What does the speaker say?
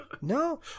No